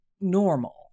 normal